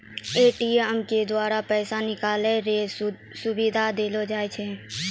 ATM के द्वारा पैसा निकालै रो सुविधा देलो जाय छै